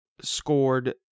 scored